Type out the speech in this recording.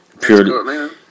purely